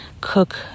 cook